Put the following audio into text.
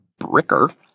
Bricker